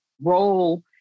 role